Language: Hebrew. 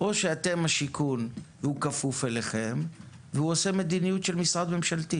או שאתם השיכון והוא כפוף אליכם והוא עושה מדיניות של משרד ממשלתי?